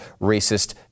racist